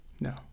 No